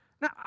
Now